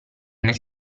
nel